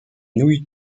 nouilles